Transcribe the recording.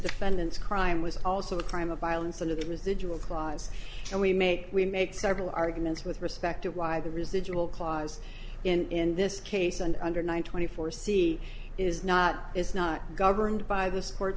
defendants crime was also a crime of violence under the residual clause and we make we make several arguments with respect to why the residual clause in this case and under nine twenty four c is not is not governed by the sports